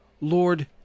Lord